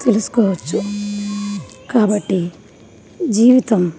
తెలుసుకోవచ్చు కాబట్టి జీవితం